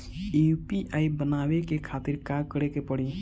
UPI बनावे के खातिर का करे के पड़ी?